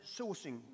sourcing